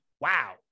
wow